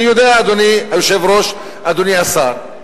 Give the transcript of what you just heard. אני יודע, אדוני היושב-ראש, אדוני השר,